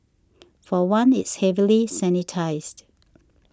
for one it's heavily sanitised